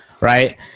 Right